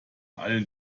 all